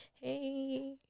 hey